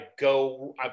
go